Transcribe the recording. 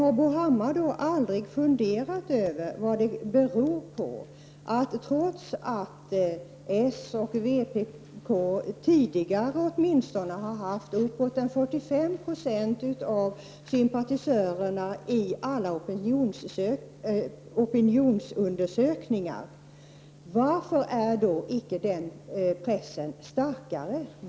Har Bo Hammar aldrig funderat över vad det beror på att den icke borgerliga pressen inte är starkare när socialdemokraterna och vpk åtminstone tidigare har haft uppåt 45 96 av sympatisörerna i alla opinionsundersökningar? Varför är då inte den pressen starkare?